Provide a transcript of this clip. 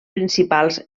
principals